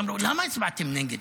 אמרו: למה הצבעתם נגד?